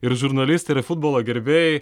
ir žurnalistai ir futbolo gerbėjai